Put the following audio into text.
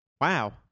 Wow